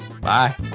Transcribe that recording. Bye